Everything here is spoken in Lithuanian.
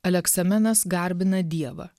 aleksamenas garbina dievą